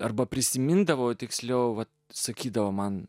arba prisimindavau tiksliau vat sakydavo man